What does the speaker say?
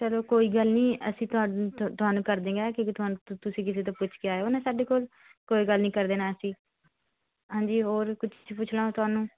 ਚਲੋ ਕੋਈ ਗੱਲ ਨੀ ਅਸੀਂ ਤੋਹਾਨੂੰ ਕਰ ਦੇਵਾਂਗਾ ਕਿਉਂਕਿ ਤੋਹਾਨੂੰ ਤੁਸੀਂ ਕਿਸੇ ਤੋਂ ਪੁੱਛ ਕੇ ਆਏ ਓ ਨਾ ਸਾਡੇ ਕੋਲ ਕੋਈ ਗੱਲ ਨੀ ਕਰ ਦੇਣਾ ਅਸੀਂ ਹਾਂਜੀ ਹੋਰ ਕੁਛ ਪੁੱਛਣਾ ਹੋਉ ਤੁਹਾਨੂੰ